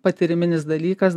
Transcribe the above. patyriminis dalykas